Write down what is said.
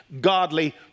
godly